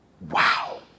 Wow